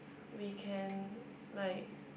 we can like